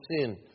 sin